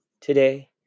today